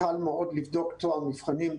קל מאוד לבדוק טוהר מבחנים בעבודות.